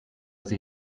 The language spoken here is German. sie